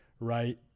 right